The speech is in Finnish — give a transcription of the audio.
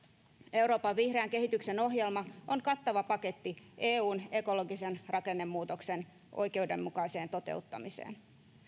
euroopan vihreän kehityksen ohjelma on kattava paketti eun ekologisen rakennemuutoksen oikeudenmukaiseen toteuttamiseen